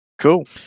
Cool